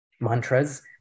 mantras